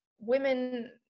women